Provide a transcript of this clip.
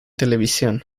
televisión